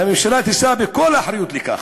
והממשלה תישא בכל האחריות לכך.